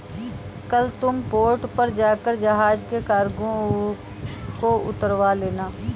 कल तुम पोर्ट पर जाकर जहाज से कार्गो उतरवा लेना